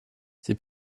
sie